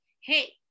hey